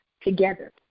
together